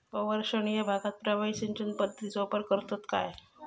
अवर्षणिय भागात प्रभावी सिंचन पद्धतीचो वापर करतत काय?